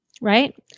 right